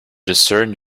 discern